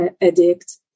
addict